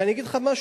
ואני אגיד לך משהו,